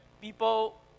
people